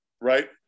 right